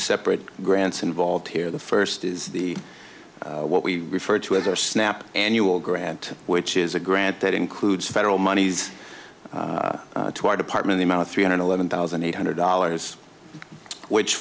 separate grants involved here the first is the what we refer to as our snap annual grant which is a grant that includes federal monies to our department the amount of three hundred eleven thousand eight hundred dollars which